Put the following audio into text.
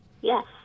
Yes